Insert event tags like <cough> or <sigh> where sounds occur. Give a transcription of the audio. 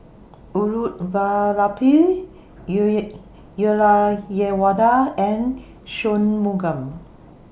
Elattuvalapil <unintelligible> and Shunmugam